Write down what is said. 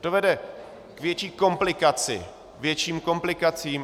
To vede k větší komplikaci, k větším komplikacím.